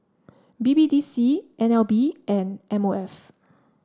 B B D C N L B and M O F